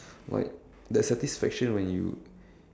like that satisfaction when you